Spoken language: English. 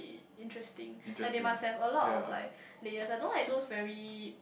interesting like they must have a lot of like layers I don't like those very